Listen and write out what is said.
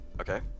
okay